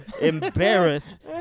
embarrassed